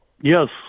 Yes